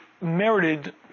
merited